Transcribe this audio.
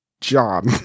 John